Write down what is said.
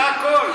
זה הכול.